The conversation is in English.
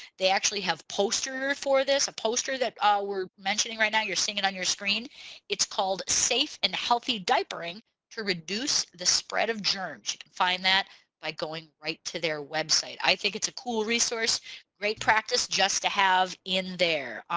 they actually have posters for this a poster that ah we're mentioning right now you're seeing it on your screen it's called safe and healthy diapering to reduce the spread of germs. you can find that by going right to their website. i think it's a cool resource great practice just to have in there.